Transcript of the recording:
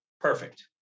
perfect